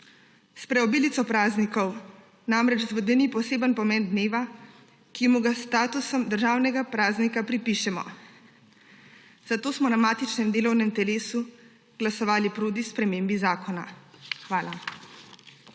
S preobilico praznikov namreč zvodeni poseben pomen dneva, ki mu ga s statusom državnega praznika pripišemo. Zato smo na matičnem delovnem telesu glasovali proti spremembi zakona. Hvala.